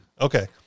Okay